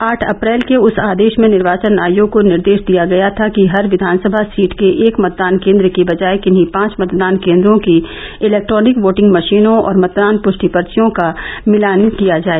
आठ अप्रैल के उस आदेश में निर्वाचन आयोग को निर्देश दिया गया था कि हर विधानसभा सीट के एक मतदान केंद्र के बजाए किन्हीं पांच मतदान केंद्रों की इलैक्ट्रॉनिक वोटिंग मशीनों और मतदान पुष्टि पर्चियों का मिलान किया जाए